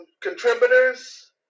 contributors